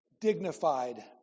dignified